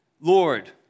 Lord